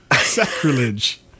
Sacrilege